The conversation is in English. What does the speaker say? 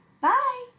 Bye